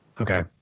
Okay